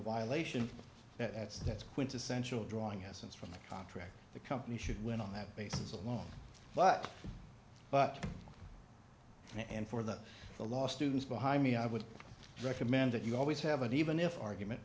violation that's that's quintessential drawing essence from the contract the company should win on that basis alone but but and for that the law students behind me i would recommend that you always have an even if argument